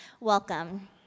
welcome